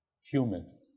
human